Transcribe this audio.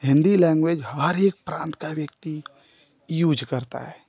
Hindi language हर एक प्रान्त का व्यक्ति यूज करता है